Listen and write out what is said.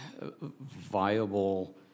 viable